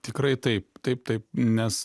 tikrai taip taip taip nes